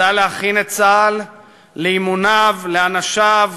וידע להכין את צה"ל לאימוניו, לאנשיו,